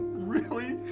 really,